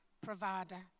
provider